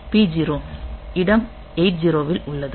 P0 இடம் 80 இல் உள்ளது